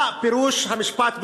מה פירוש המשפט בעברית: